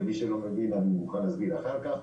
ומי שלא מבין אני יכול להסביר אחר כך,